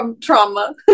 trauma